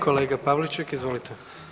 Kolega Pavliček, izvolite.